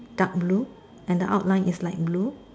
dark blue and the outline is light blue